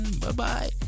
Bye-bye